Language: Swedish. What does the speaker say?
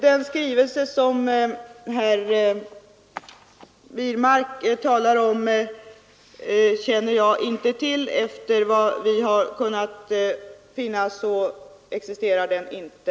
Den skrivelse som herr Wirmark talar om känner jag inte till. Efter vad vi har kunnat finna existerar den inte.